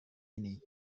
ini